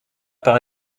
par